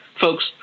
Folks